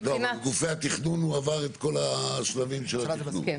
גופי התכנון הוא עבר את כל השלבים של התכנון?